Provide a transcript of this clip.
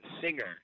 singer